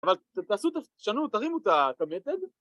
‫אבל תעשו, תשנו, ‫תרימו את המתג.